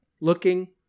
looking